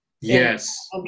Yes